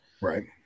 Right